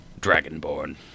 Dragonborn